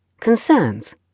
Concerns